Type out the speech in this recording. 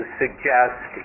suggest